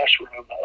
classroom